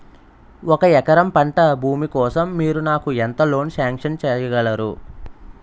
ఒక ఎకరం పంట భూమి కోసం మీరు నాకు ఎంత లోన్ సాంక్షన్ చేయగలరు?